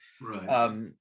Right